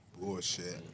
Bullshit